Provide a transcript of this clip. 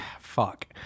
fuck